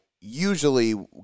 usually